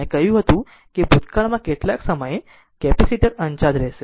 મેં કહ્યું હતું કે ભૂતકાળમાં કેટલાક સમયે કેપેસિટર અન્ચાર્જ રહેશે